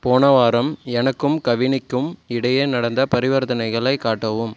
போன வாரம் எனக்கும் கவினிக்கும் இடையே நடந்த பரிவர்த்தனைகளை காட்டவும்